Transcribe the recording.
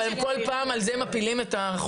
אנחנו רוצים שזאת תהיה יחידה.